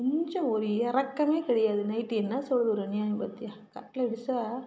கொஞ்சம் ஒரு இரக்கமே கிடையாது நைட்டு என்ன சொல்வது ஒரு அநியாயம் பார்த்தியா தட்டில் வைச்சா